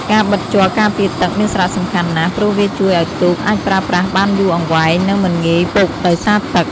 ការបិតជ័រការពារទឹកមានសារៈសំខាន់ណាស់ ព្រោះវាជួយឲ្យទូកអាចប្រើប្រាស់បានយូរអង្វែងនិងមិនងាយពុកដោយសារទឹក។